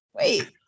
wait